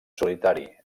solitari